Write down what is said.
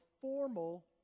formal